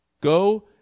Go